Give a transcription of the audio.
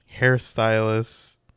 hairstylist